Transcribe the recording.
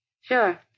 Sure